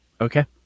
Okay